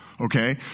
okay